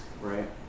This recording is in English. right